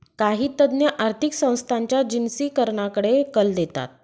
काही तज्ञ आर्थिक संस्थांच्या जिनसीकरणाकडे कल देतात